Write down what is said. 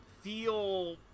feel